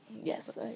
Yes